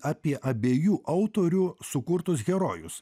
apie abiejų autorių sukurtus herojus